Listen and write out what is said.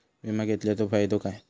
विमा घेतल्याचो फाईदो काय?